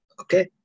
Okay